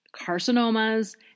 carcinomas